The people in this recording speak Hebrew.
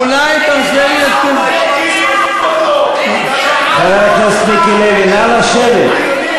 אולי תרשה לי, חבר הכנסת מיקי לוי, נא לשבת.